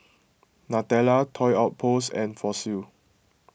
Nutella Toy Outpost and Fossil